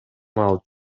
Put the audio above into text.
маал